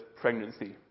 pregnancy